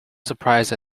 surprised